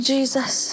Jesus